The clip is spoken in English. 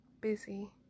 busy